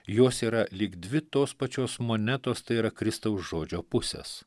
jos yra lyg dvi tos pačios monetos tai yra kristaus žodžio pusės